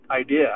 idea